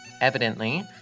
Evidently